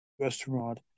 restaurant